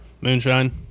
Moonshine